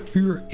uur